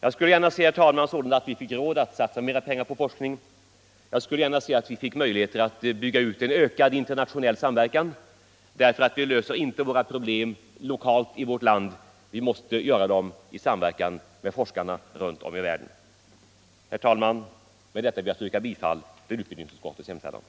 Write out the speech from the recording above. Jag vill också gärna understryka vikten av en ökad internationell samverkan. Vi löser inte våra problem lokalt i vårt land. Det måste vi göra i samverkan med forskarna runt om i världen. Herr talman! Med detta ber jag att få yrka bifall till utbildningsutskottets hemställan.